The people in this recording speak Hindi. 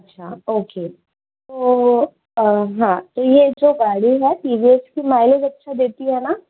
अच्छा ओके तो अ हाँ तो ये जो वैल्यू है टी वी एस की माइलेज अच्छा देती है ना